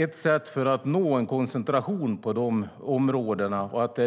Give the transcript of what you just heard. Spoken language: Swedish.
Ett sätt att nå en koncentration på de områdena och att